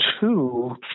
two